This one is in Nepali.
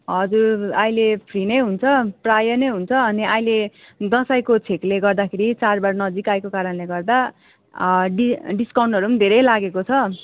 हजुर अहिले फ्री नै हुन्छ प्रायः नै हुन्छ अनि अहिले दसैँको छेकले गर्दाखेरि चाडबाड नजिक आएको कारणले गर्दा डि डिस्काउन्डहरू पनि धेरै लागेको छ